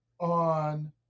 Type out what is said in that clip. on